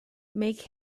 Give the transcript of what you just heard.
make